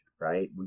right